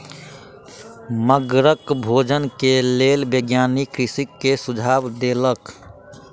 मगरक भोजन के लेल वैज्ञानिक कृषक के सुझाव देलक